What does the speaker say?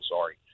sorry